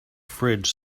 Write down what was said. fridge